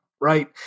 right